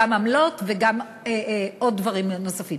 גם עמלות וגם עוד דברים נוספים.